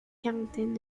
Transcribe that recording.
quarantaine